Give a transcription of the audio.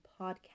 Podcast